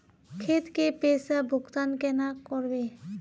खेत के पैसा भुगतान केना करबे?